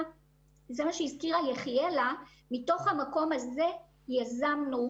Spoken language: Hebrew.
מתוך המקום הזה יזמנו,